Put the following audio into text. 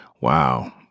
Wow